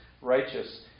righteous